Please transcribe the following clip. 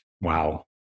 Wow